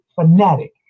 fanatic